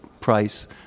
price